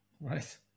Right